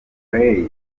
ray